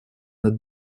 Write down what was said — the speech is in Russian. над